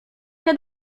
nie